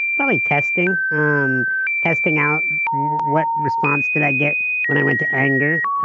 probably testing um testing out what response did i get when i went to anger,